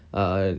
um